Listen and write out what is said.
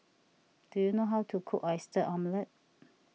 do you know how to cook Oyster Omelette